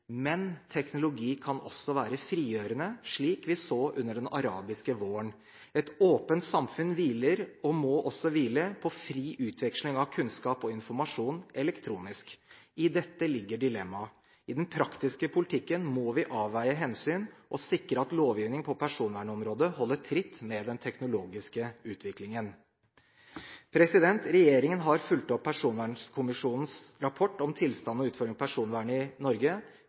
Men teknologi kan også være frigjørende, slik vi så under den arabiske våren. Et åpent samfunn hviler, og må også hvile, på fri utveksling av kunnskap og informasjon elektronisk. I dette ligger dilemmaet. I den praktiske politikken må vi avveie hensyn og sikre at lovgivningen på personvernområdet holder tritt med den teknologiske utviklingen. Regjeringen har fulgt opp Personvernkommisjonens rapport om tilstanden og utfordringer for personvernet i Norge.